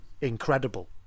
incredible